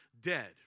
dead